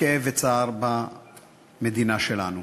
כאב וצער במדינה שלנו.